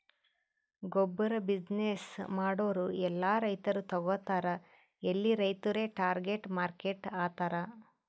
ಗೊಬ್ಬುರ್ ಬಿಸಿನ್ನೆಸ್ ಮಾಡೂರ್ ಎಲ್ಲಾ ರೈತರು ತಗೋತಾರ್ ಎಲ್ಲಿ ರೈತುರೇ ಟಾರ್ಗೆಟ್ ಮಾರ್ಕೆಟ್ ಆತರ್